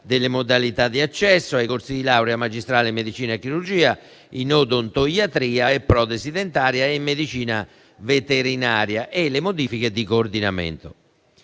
delle modalità di accesso ai corsi di laurea magistrale in medicina e chirurgia, in odontoiatria e protesi dentaria e in medicina veterinaria e le modifiche di coordinamento.